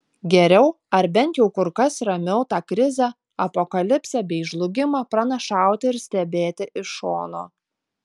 geriau ar bent jau kur kas ramiau tą krizę apokalipsę bei žlugimą pranašauti ir stebėti iš šono